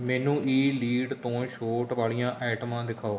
ਮੈਨੂੰ ਇਲੀਟ ਤੋਂ ਛੋਟ ਵਾਲੀਆਂ ਐਟਮਾਂ ਦਿਖਾਓ